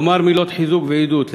לומר מילות חיזוק ועידוד,